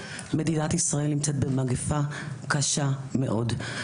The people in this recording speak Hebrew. מדינת ישראל נמצאת במגפה קשה מאוד.